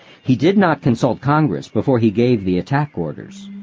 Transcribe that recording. he did not consult congress before he gave the attack orders.